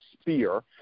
spear